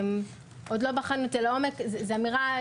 עוד לא בחנו את זה לעומק, זו אמירה.